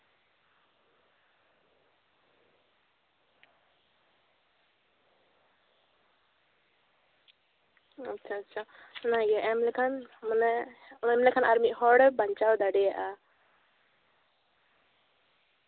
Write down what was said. ᱟᱪᱪᱷᱟ ᱟᱪᱪᱷᱟ ᱚᱱᱟ ᱮᱢ ᱞᱮᱠᱷᱟᱱ ᱢᱟᱱᱮ ᱮᱢ ᱞᱮᱠᱷᱟᱱ ᱟᱨ ᱢᱤᱫ ᱦᱚᱲᱮ ᱵᱟᱧᱪᱟᱣ ᱫᱟᱲᱮᱭᱟᱜᱼᱟ